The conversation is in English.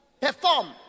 perform